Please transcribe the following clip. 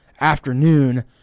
afternoon